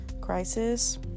crisis